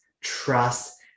trust